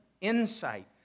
insight